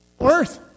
earth